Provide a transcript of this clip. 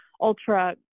ultra